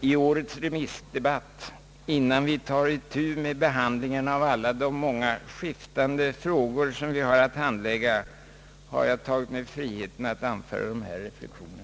I årets remissdebatt, innan vi tar itu med behandlingen av alla de många skiftande frågor som vi har att handlägga, har jag tagit mig friheten att anföra dessa reflexioner.